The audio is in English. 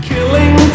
Killing